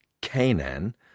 Canaan